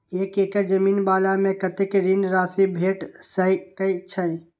एक एकड़ जमीन वाला के कतेक ऋण राशि भेट सकै छै?